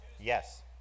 yes